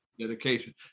dedication